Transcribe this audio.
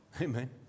Amen